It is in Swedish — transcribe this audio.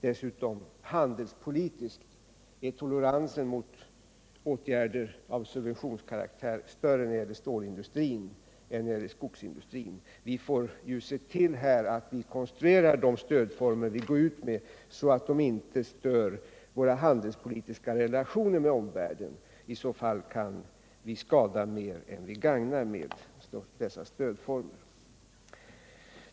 Dessutom är den handelspolitiska toleransen mot åtgärder av subventionskaraktär större när det gäller stålindustrin än när det gäller skogsindustrin. Vi får ju se till att vi konstruerar stödformerna så, att de inte stör våra handelspolitiska relationer med omvärlden. I annat fall kan vi med dessa stödformer skada mer än vi gagnar.